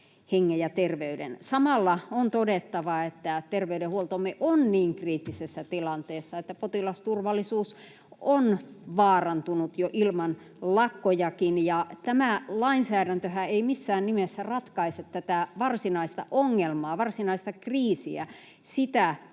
Samalla on todettava, että terveydenhuoltomme on niin kriittisessä tilanteessa, että potilasturvallisuus on vaarantunut jo ilman lakkojakin. Tämä lainsäädäntöhän ei missään nimessä ratkaise tätä varsinaista ongelmaa, varsinaista kriisiä — sitä,